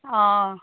অঁ